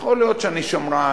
יכול להיות שאני שמרן,